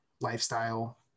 lifestyle